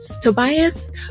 Tobias